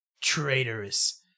traitorous